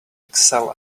excel